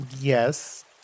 Yes